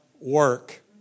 work